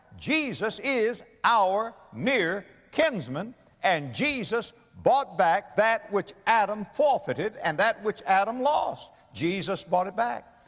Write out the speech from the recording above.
jesus is our near kinsman and jesus bought back that which adam forfeited and that which adam lost. jesus bought it back.